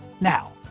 Now